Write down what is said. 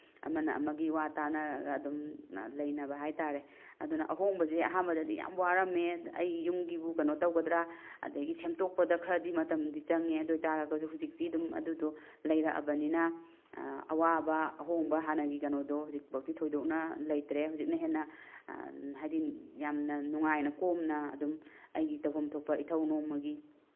ꯑꯃꯅ ꯑꯃꯒꯤ ꯋꯥ ꯇꯥꯅꯔꯒ ꯑꯗꯨꯝꯅ ꯂꯩꯅꯕ ꯍꯥꯏꯕ ꯇꯥꯔꯦ ꯑꯗꯨꯅ ꯑꯍꯣꯡꯕꯁꯦ ꯑꯍꯥꯟꯕꯗꯗꯤ ꯌꯥꯝ ꯋꯥꯔꯝꯃꯦ ꯑꯩ ꯌꯨꯝꯒꯤꯕꯨ ꯀꯩꯅꯣ ꯇꯧꯒꯗ꯭ꯔꯥ ꯑꯗꯒꯤ ꯁꯦꯝꯇꯣꯛꯄꯗ ꯈꯔꯗꯤ ꯃꯇꯝꯗꯤ ꯆꯪꯉꯦ ꯑꯗꯨ ꯑꯣꯏ ꯇꯥꯔꯒꯁꯨ ꯍꯧꯖꯤꯛꯇꯤ ꯑꯗꯨꯝ ꯑꯗꯨꯗꯣ ꯂꯩꯔꯛꯑꯕꯅꯤꯅ ꯑꯋꯥꯕ ꯑꯍꯣꯡꯕ ꯍꯥꯟꯅꯒꯤ ꯀꯩꯅꯣꯗꯣ ꯍꯧꯖꯤꯛꯐꯥꯎꯗꯤ ꯊꯣꯏꯗꯣꯛꯅ ꯂꯩꯇ꯭ꯔꯦ ꯍꯧꯖꯤꯛꯅ ꯍꯦꯟꯅ ꯍꯥꯏꯗꯤ ꯌꯥꯝꯅ ꯅꯨꯡꯉꯥꯏꯅ ꯀꯣꯝꯅ ꯑꯗꯨꯝ ꯑꯩꯒꯤ ꯇꯧꯐꯝ ꯊꯣꯛꯄ ꯏꯊꯧ ꯅꯣꯡꯃꯒꯤ